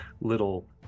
little